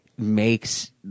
Makes